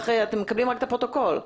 אתם מקבלים את הפרוטוקול.